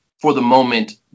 for-the-moment